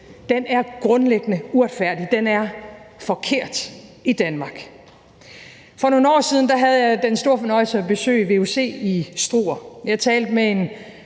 den er grundlæggende uretfærdig, og den er forkert i Danmark. For nogle år siden havde jeg den store fornøjelse at besøge VUC i Struer. Jeg talte med en